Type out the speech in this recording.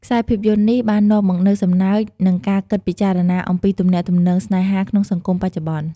ខ្សែភាពយន្តនេះបាននាំមកនូវសំណើច និងការគិតពិចារណាអំពីទំនាក់ទំនងស្នេហាក្នុងសង្គមបច្ចុប្បន្ន។